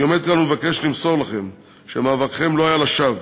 אני עומד כאן ומבקש למסור לכם שמאבקכם לא היה לשווא.